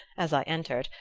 as i entered,